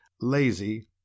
Lazy